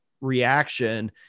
reaction